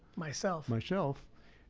myself. myself.